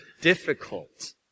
difficult